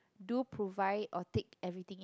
do provide or take everything